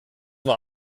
war